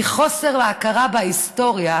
מחוסר ההכרה בהיסטוריה,